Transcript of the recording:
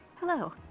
Hello